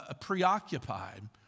preoccupied